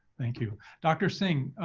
thank you. dr. singh,